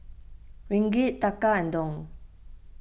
Ringgit Taka and Dong